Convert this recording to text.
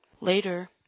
Later